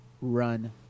run